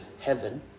heaven